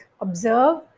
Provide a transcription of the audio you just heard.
observe